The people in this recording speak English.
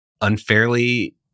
unfairly